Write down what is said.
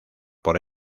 por